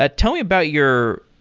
ah tell me about your,